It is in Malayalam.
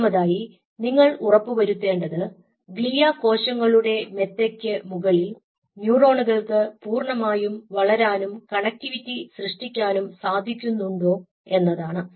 രണ്ടാമതായി നിങ്ങൾ ഉറപ്പുവരുത്തേണ്ടത് ഗ്ലിയ കോശങ്ങളുടെ മെത്തയ്ക്കു മുകളിൽ ന്യൂറോണുകൾക്ക് പൂർണമായി വളരാനും കണക്റ്റിവിറ്റി സൃഷ്ടിക്കാനും സാധിക്കുന്നുണ്ടോ എന്നതാണ്